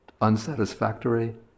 unsatisfactory